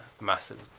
massive